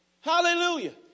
Hallelujah